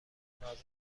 نازنین